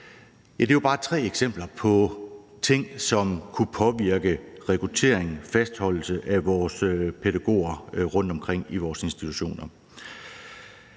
det er jo bare tre eksempler på ting, som kunne påvirke rekruttering og fastholdelse af vores pædagoger rundtomkring i vores institutioner.